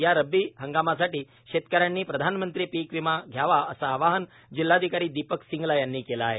या रब्बी हंगामासाठी शेतकऱ्यांनी प्रधानमंत्री पीक विमा घ्यावा असे आवाहन जिल्हाधिकारी दीपक सिंगला यांनी केले आहे